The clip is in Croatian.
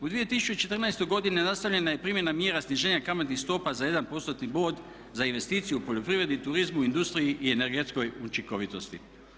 U 2014. godini nastavljena je primjena mjera sniženja kamatnih stopa za jedan postotni bod za investiciju u poljoprivredi, turizmu, industriji i energetskoj učinkovitosti.